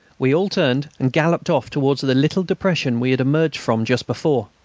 we all turned and galloped off towards the little depression we had emerged from just before.